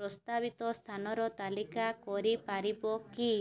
ପ୍ରସ୍ତାବିତ ସ୍ଥାନର ତାଲିକା କରିପାରିବ କି